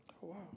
wow